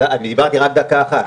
דיברתי רק דקה אחת.